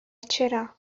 چرا